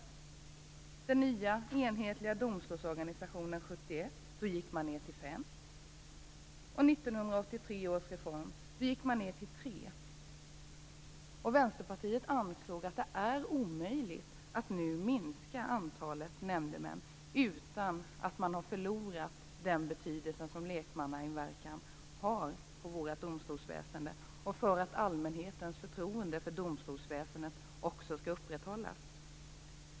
Efter den nya enhetliga domstolsorganisationen 1971 gick man ned till fem. Efter 1983 års reform gick man ned till tre. Vänsterpartiet ansåg att det var omöjligt att nu minska antalet nämndemän utan att man förlorar den betydelse som lekmannamedverkan har för vårt domstolsväsende och för att allmänhetens förtroende för domstolsväsendet skall upprätthållas.